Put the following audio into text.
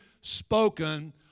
spoken